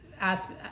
ask